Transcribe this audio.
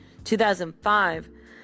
2005